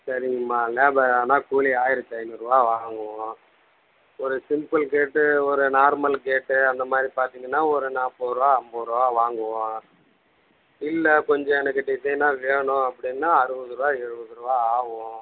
சரிங்கம்மா லேபரான கூலி ஆயிரத்தி ஐநூறுபா வாங்குவோம் ஒரு சிம்பிள் கேட்டு ஒரு நார்மல் கேட்டு அந்த மாதிரி பார்த்திங்கன்னா ஒரு நாற்பது ரூபா ஐம்பது ரூபா வாங்குவோம் இல்லை கொஞ்சம் எனக்கு டிசைனாக வேணும் அப்படினா அறுபது ரூபா எழுவது ரூபா ஆகும்